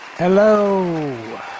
Hello